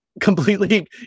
completely